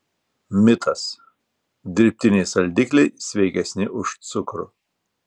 mitas dirbtiniai saldikliai sveikesni už cukrų